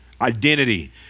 identity